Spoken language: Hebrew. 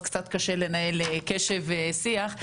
אז קצת קשה לנהל קשב ושיח,